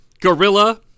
Gorilla